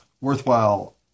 worthwhile